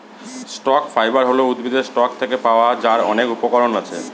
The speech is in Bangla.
স্টক ফাইবার হল উদ্ভিদের স্টক থেকে পাওয়া যার অনেক উপকরণ আছে